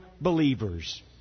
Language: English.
believers